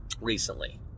recently